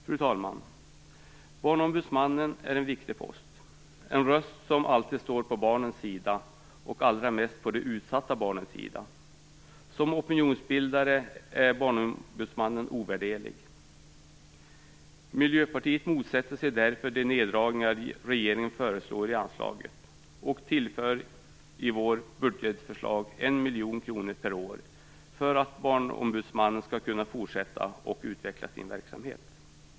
Fru talman! Barnombudsmannen är en viktig post, en röst som alltid står på barnens sida, och allra mest på de utsatta barnens sida. Som opinionsbildare är Barnombudsmannen ovärderlig. Miljöpartiet motsätter sig därför de neddragningar regeringen föreslår i anslaget och vi tillför i vårt budgetförslag 1 miljon kronor per år för att Barnombudsmannen skall kunna fortsätta och utveckla sin verksamhet.